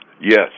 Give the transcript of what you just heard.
Yes